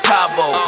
Cabo